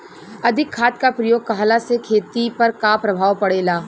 अधिक खाद क प्रयोग कहला से खेती पर का प्रभाव पड़ेला?